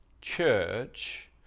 church